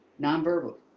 nonverbal